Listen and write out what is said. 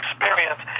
experience